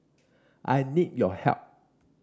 I need your help